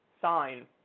sign